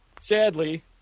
sadly